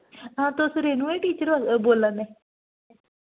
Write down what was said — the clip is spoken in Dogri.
हां तुस रेनू ए टीचर बोल्ला ने